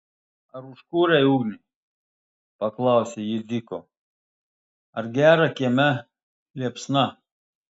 ar užkūrei ugnį paklausė ji diko ar gera kieme liepsna